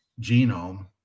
genome